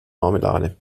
marmelade